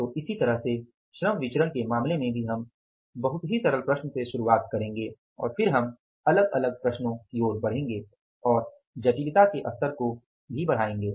तो इसी तरह से श्रम विचरण के मामले में भी हम बहुत ही सरल प्रश्न से शुरुआत करेंगे और फिर हम अलग अलग प्रश्नों की ओर बढ़ेंगे और जटिलता के स्तर को बढ़ाएंगे